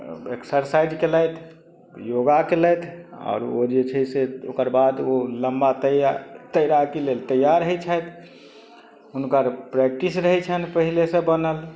exercise कयलथि yoga कयलथि आओर ओ जे छै से ओकर बाद ओ लम्बा तैयार तैराकी लेल तैयार होइ छथि हुनकर प्रैक्टिस रहय छनि पहिलेसँ बनल